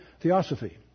theosophy